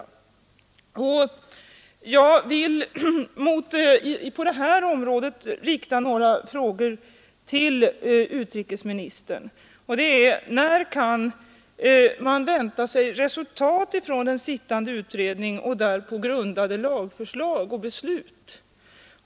Jag vill också på detta område rikta några frågor till utrikesministern. För det första: När kan man vänta sig resultat från sittande utredning och därpå grundade lagförslag och beslut?